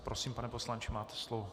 Prosím, pane poslanče, máte slovo.